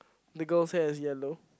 the girl side is yellow